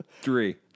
Three